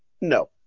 No